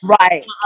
right